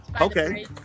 Okay